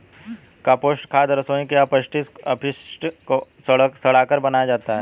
compost खाद रसोई के अपशिष्ट को सड़ाकर बनाया जाता है